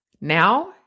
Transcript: Now